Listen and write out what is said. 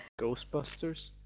Ghostbusters